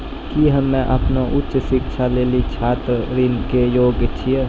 कि हम्मे अपनो उच्च शिक्षा लेली छात्र ऋणो के योग्य छियै?